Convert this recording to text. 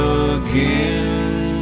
again